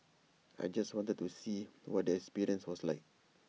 I just wanted to see what the experience was like